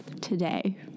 today